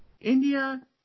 India